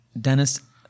Dennis